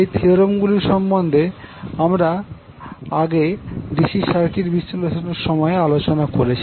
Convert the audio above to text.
এই থিওরেম গুলি সম্বন্ধে আমরা আগে ডিসি সার্কিট বিশ্লেষণের সময় আলোচনা করেছি